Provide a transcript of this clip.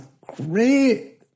great